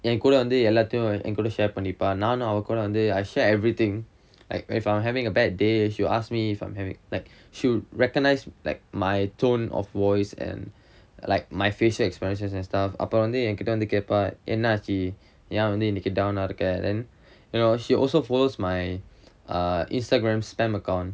என்கூட வந்து எல்லாத்தையும் என்கூட:enkooda vanthu ellaathaiyum enkooda share பண்ணிப்பா:pannippaa I share everything like if I'm having a bad day she will ask me if I'm having like should recognise like my tone of voice and like my facial expression and stuff அப்ப வந்து என்கிட்ட வந்து கேப்பா என்னாச்சு ஏன் வந்து இன்னைக்கு:appa vanthu enkitta vanthu kaeppaa ennachu yaen vanthu innaikku down ah இருக்க:irukka then you know she also follows my ah Instagram spam account